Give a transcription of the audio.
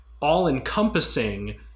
all-encompassing